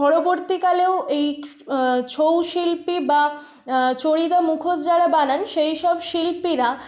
পরবর্তীকালেও এই ছৌ শিল্পী বা চড়িদা মুখোশ যারা বানান সেই সব শিল্পীরা